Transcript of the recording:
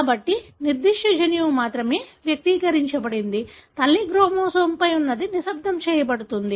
కాబట్టి నిర్దిష్ట జన్యువు మాత్రమే వ్యక్తీకరించబడింది తల్లి క్రోమోజోమ్పై ఉన్నది నిశ్శబ్దం చేయబడుతుంది